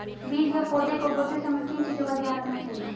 बीज या पौधे को बोते समय किन चीज़ों का ध्यान रखना चाहिए?